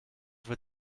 für